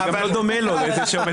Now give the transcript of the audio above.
זה כמובן